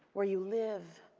where you live,